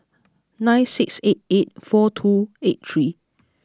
nine six eight eight four two eight three